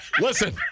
Listen